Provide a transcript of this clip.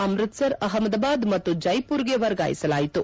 ಅಮೃತ್ಸರ್ ಅಹ್ಮದಾಬಾದ್ ಮತ್ತು ಜೈಮರ್ಗೆ ವರ್ಗಾಯಿಸಲಾಯಿತು